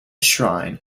shrine